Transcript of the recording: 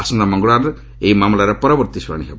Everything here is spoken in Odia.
ଆସନ୍ତା ମଙ୍ଗଳବାର ଏହି ମାମଲାର ପରବର୍ତ୍ତୀ ଶୁଣାଣି ହେବ